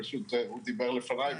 פשוט הוא דיבר לפניי,